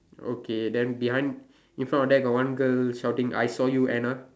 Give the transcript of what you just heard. okay then behind in front of them got one girl shouting I saw you Anna